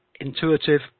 intuitive